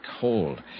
cold